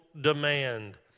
demand